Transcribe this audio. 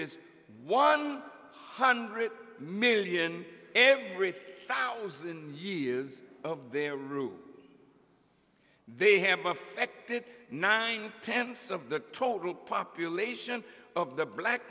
averages one hundred million every thousand years of their rule they have affected nine tenths of the total population of the black